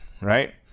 right